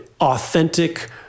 authentic